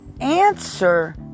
answer